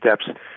steps